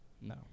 No